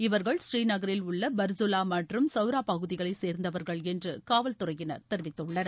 இவர்கள் புநீநகரில் உள்ள பர்ஸ்துலா மற்றம் சவ்ரா பகுதிகளைச் சேர்ந்தவர்கள் என்று காவல்துறையினர் தெரிவித்துள்ளனர்